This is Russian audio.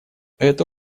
это